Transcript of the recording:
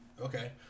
Okay